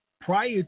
prior